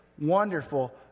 wonderful